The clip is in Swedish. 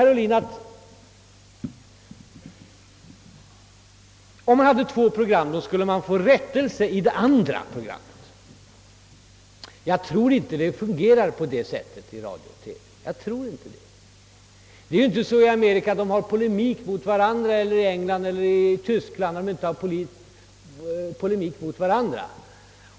Herr Ohlin menade vidare att om det fanns två program, skulle man kunna få rättelse i det andra programmet. Jag tror inte att det skulle vara möjligt. I USA, England eller Tyskland för inte företagen någon polemik mot varandra.